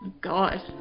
God